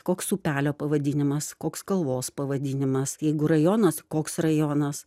koks upelio pavadinimas koks kalvos pavadinimas jeigu rajonas koks rajonas